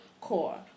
core